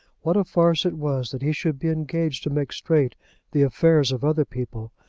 what a farce it was that he should be engaged to make straight the affairs of other people,